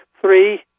three